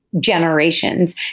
generations